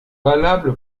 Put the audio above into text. valable